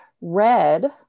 red